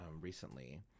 recently